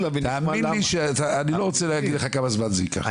תאמין לי שאני לא רוצה להגיד לך כמה זמן זה ייקח.